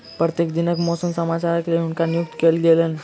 प्रत्येक दिनक मौसम समाचारक लेल हुनका नियुक्त कयल गेलैन